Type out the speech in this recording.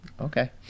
okay